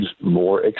more